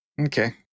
okay